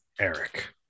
eric